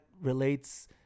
relates